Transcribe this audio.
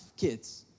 kids